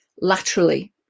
laterally